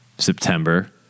September